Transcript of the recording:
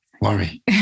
Worry